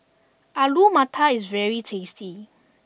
Alu Matar is very tasty